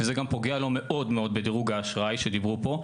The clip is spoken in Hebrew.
וזה גם פוגע לו מאוד מאוד בדירוג האשראי שדיברו פה.